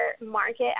market